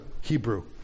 Hebrew